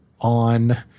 on